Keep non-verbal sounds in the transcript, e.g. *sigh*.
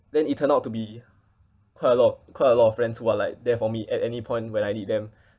then it turned out to be quite a lot quite a lot of friends who are like there for me at any point when I need them *breath*